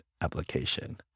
application